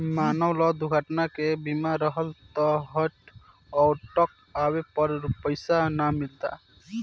मान ल दुर्घटना के बीमा रहल त हार्ट अटैक आवे पर पइसा ना मिलता